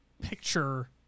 picture –